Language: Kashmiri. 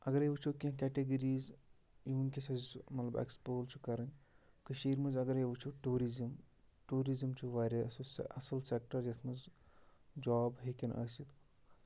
اَگرَے وٕچھو کیٚنٛہہ کٮ۪ٹٮ۪گریٖز یِم وٕنۍکٮ۪س اَسہِ مطلب اٮ۪کسپوز چھِ کَرٕنۍ کٔشیٖرِ منٛز اَگرَے وٕچھو ٹوٗرِزِم ٹوٗرِزِم چھُ واریاہ سُہ اَصٕل سٮ۪کٹَر یَتھ منٛز جاب ہیٚکَن ٲسِتھ